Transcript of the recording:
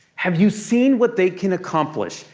have you seen what they can accomplish?